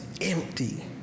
empty